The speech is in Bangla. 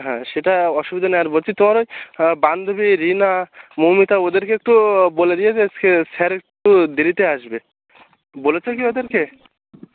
হ্যাঁ সেটা অসুবিধা নেই আর বলছি তোমার ওই বান্ধবী রিনা মৌমিতা ওদেরকে একটু বলে দিও যে সে স্যার একটু দেরিতে আসবে বলেছো কি ওদেরকে